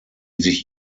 sich